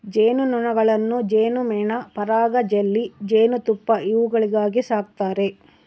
ಜೇನು ನೊಣಗಳನ್ನು ಜೇನುಮೇಣ ಪರಾಗ ಜೆಲ್ಲಿ ಜೇನುತುಪ್ಪ ಇವುಗಳಿಗಾಗಿ ಸಾಕ್ತಾರೆ